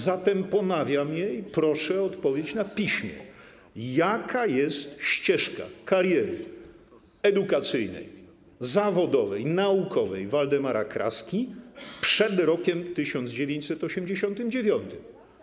Zatem ponawiam je i proszę o odpowiedź na piśmie: Jaka jest ścieżka kariery edukacyjnej, zawodowej, naukowej Waldemara Kraski przed rokiem 1989?